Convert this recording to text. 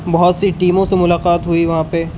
بہت سی ٹیموں سے ملاقات ہوئی وہاں پہ